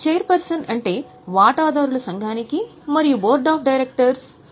chairperson అంటే వాటాదారుల సంఘానికి మరియు బోర్డ్ ఆఫ్ డైరెక్టర్స్ కి